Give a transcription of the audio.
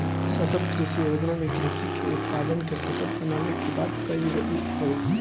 सतत कृषि योजना में कृषि के उत्पादन के सतत बनावे के बात कईल गईल हवे